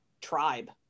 tribe